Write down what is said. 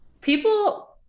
people